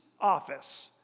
office